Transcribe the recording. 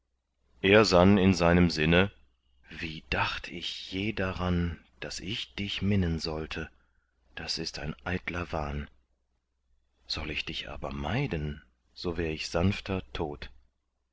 er sann in seinem sinne wie dacht ich je daran daß ich dich minnen sollte das ist ein eitler wahn soll ich dich aber meiden so wär ich sanfter tot